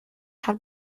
have